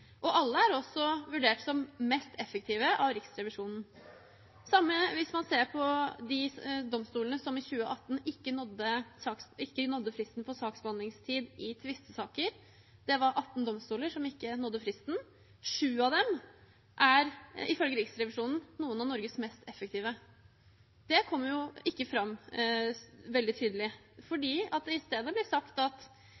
og alle er også vurdert som mest effektive av Riksrevisjonen. Det er det samme hvis man ser på de domstolene som i 2018 ikke nådde fristen for saksbehandlingstid i tvistesaker. Det var 18 domstoler som ikke nådde fristen. 7 av dem er ifølge Riksrevisjonen noen av Norges mest effektive. Det kommer jo ikke fram veldig tydelig,